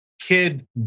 kid